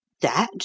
That